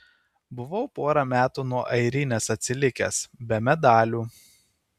buvau porą metų nuo airinės atsilikęs be medalių